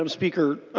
um speaker.